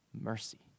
mercy